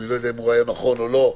שאני לא יודע אם הוא נכון או לא.